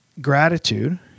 gratitude